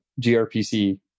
gRPC